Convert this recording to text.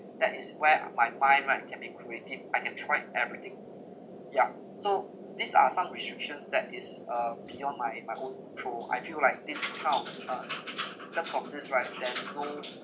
that is where ah my mind right can be creative I can tried everything yeah so these are some restrictions that is uh beyond my my own control I feel like this kind of contra just from this right there's no